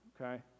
okay